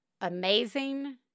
amazing